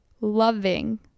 loving